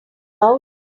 out